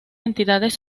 entidades